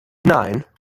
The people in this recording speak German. nein